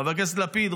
חבר הכנסת לפיד,